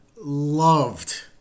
loved